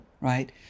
right